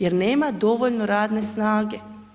Jer nema dovoljno radne snage.